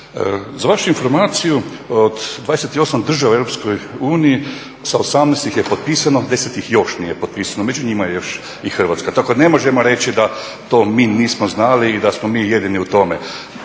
za vašu informaciju od 28 država Europske unije sa 18 ih je potpisano 10 ih još nije potpisano među njima je još i Hrvatska. Tako da ne možemo reći da to mi nismo znali i da smo mi jedini u tome.